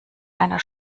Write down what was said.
einer